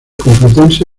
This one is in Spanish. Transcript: complutense